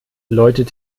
läutet